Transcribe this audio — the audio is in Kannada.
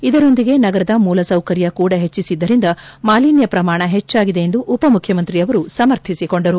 ಇದರೊಂದಿಗೆ ನಗರದ ಮೂಲಸೌಕರ್ಯ ಕೂಡ ಹೆಚ್ಚಿಸಿದ್ದರಿಂದ ಮಾಲಿನ್ನ ಪ್ರಮಾಣ ಹೆಚ್ಚಾಗಿದೆ ಎಂದು ಉಪಮುಖ್ಯಮಂತ್ರಿ ಅವರು ಸಮರ್ಥಿಸಿಕೊಂಡರು